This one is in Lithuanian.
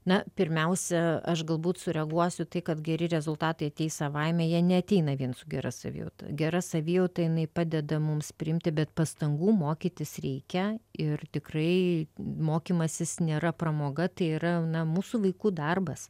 na pirmiausia aš galbūt sureaguosiu į tai kad geri rezultatai ateis savaime jie neateina vien su gera savijauta gera savijauta jinai padeda mums priimti bet pastangų mokytis reikia ir tikrai mokymasis nėra pramoga tai yra mūsų vaikų darbas